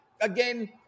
again